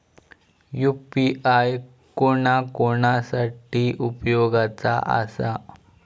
UPI कोणा कोणा साठी उपयोगाचा आसा?